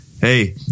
hey